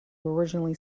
originally